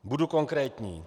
Budu konkrétní.